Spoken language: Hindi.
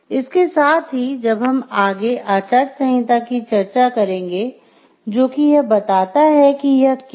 इसके साथ ही अब हम आगे आचार संहिता की चर्चा करेंगे जो कि यह बताता है कि यह क्या है